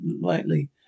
lightly